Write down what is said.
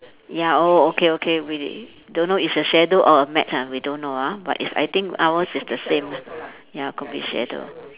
ya oh okay okay really don't know it's a shadow or a mat ah we don't know ah but it's I think ours is the same lah ya could be shadow